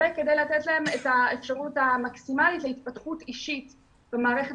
וכדי לתת להם את האפשרות המקסימלית להתפתחות אישית במערכת